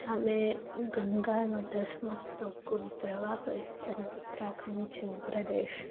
સામે ગંગાનો ધસમસતો ખૂબ પ્રવાહ હોય અને ઉત્તરાખંડ જેવો પ્રદેશ